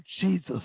Jesus